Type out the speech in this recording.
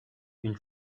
une